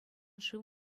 шыв